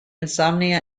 insomnia